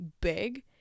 big